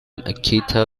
akita